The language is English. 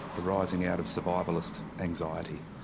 arising out of survivalist anxiety.